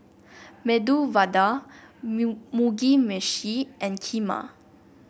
Medu Vada Mugi Meshi and Kheema